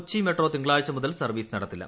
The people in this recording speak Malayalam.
കൊച്ചി മെട്രോ തിങ്കളാഴ്ച മുതൽ സർവീസ് നടത്തില്ല